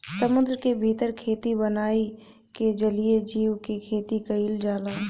समुंदर के भीतर खेती बनाई के जलीय जीव के खेती कईल जाला